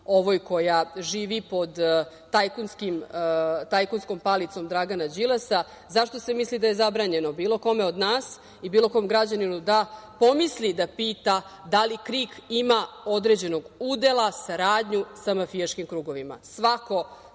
ovoj koja živi pod tajkunskom palicom Dragana Đilasa, da je zabranjeno bilo kome od nas ili bilo kom građaninu da pomisli da pita da li KRIK ima određenog udela, saradnju sa mafijaškim krugovima? Svakako